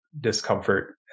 discomfort